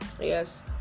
yes